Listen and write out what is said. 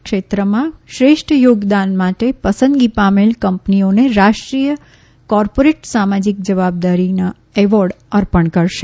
ક્ષેત્રમાં શ્રેષ્ઠ યોગદાન માટે પસંદગી પામેલ કંપનીઓને રાષ્ટ્રીય કોર્પોરેટ સામાજિક જવાબદારી એવોર્ડ અર્પણ કરશે